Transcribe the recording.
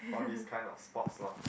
all these kind of sports lor